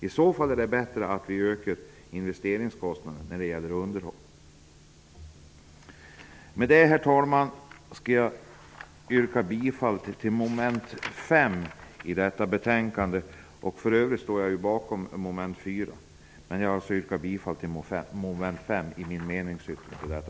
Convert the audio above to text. I så fall är det bättre att vi ökar investeringskostnaderna när det gäller underhåll. Med detta, herr talman, vill jag yrka bifall till mom. 5 i min meningsyttring till detta betänkande, och för övrigt står jag bakom mom. 4.